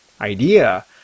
idea